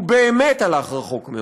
הוא באמת הלך רחוק מאוד,